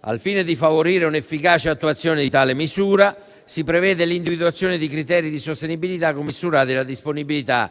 Al fine di favorire l'efficace attuazione di tale misura si prevede l'individuazione di criteri di sostenibilità commisurati alla disponibilità